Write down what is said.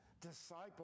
disciple